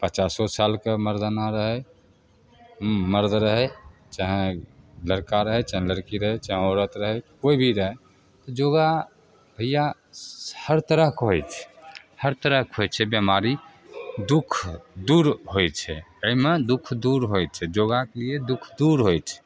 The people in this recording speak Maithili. पचासो सालके मरदाना रहै हुँ मरद रहै चाहे लड़का रहै चाहे लड़की रहै चाहे औरत रहै कोइ भी रहै योगा भइआ हर तरहके होइ छै हर तरहके होइ छै बेमारी दुख दूर होइ छै एहिमे दुख दूर होइ छै योगाके लिए दुख दूर होइ छै